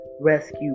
rescue